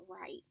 right